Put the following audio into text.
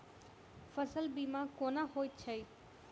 फसल बीमा कोना होइत छै?